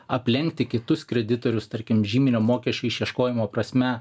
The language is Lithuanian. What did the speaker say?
aplenkti kitus kreditorius tarkim žyminio mokesčio išieškojimo prasme